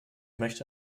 möchte